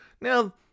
Now